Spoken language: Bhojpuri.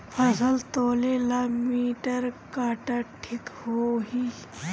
फसल तौले ला मिटर काटा ठिक होही?